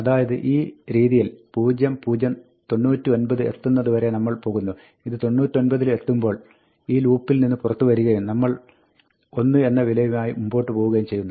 അതായത് ഈ രീതിയിൽ 0 0 99 എത്തുന്നത് വരെ നമ്മൾ പോകുന്നു ഇത് 99 ൽ എത്തുമ്പോൾ ഈ ലൂപ്പിൽ നിന്ന് പുറത്ത് വരികയും നമ്മൾ 1 എന്ന വിലയുമായി മുമ്പോട്ട് പോകുകയും ചെയ്യുന്നു